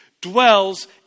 dwells